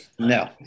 No